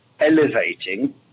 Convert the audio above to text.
elevating